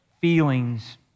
feelings